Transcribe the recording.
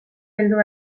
heldu